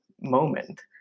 moment